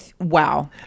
wow